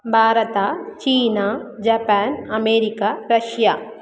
Bharat China Japan America Russia